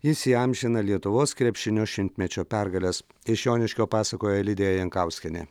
jis įamžina lietuvos krepšinio šimtmečio pergales iš joniškio pasakoja lidija jankauskienė